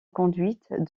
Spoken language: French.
conduite